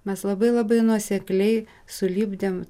mes labai labai nuosekliai sulipdėm